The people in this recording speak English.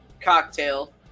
cocktail